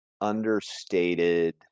understated